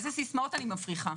איזה סיסמאות אני מפריחה?